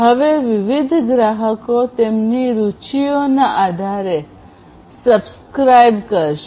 હવે વિવિધ ગ્રાહકો તેમની રુચિઓના આધારે સબ્સ્ક્રાઇબ કરશે